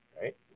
right